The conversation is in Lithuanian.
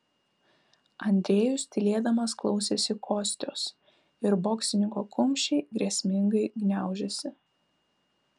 andrejus tylėdamas klausėsi kostios ir boksininko kumščiai grėsmingai gniaužėsi